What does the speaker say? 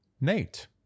Nate